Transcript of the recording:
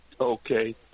okay